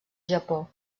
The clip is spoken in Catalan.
japó